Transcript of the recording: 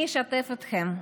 אני אשתף אתכם: